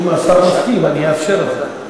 אם השר מסכים, אני אאפשר את זה.